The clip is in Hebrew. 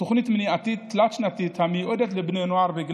תוכנית מניעתית תלת-שנתית המיועדת לבני נוער בני